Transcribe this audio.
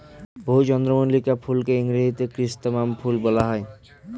বহু প্রজাতির চন্দ্রমল্লিকা ফুলকে ইংরেজিতে ক্রিস্যান্থামাম ফুল বলা হয়